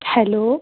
hello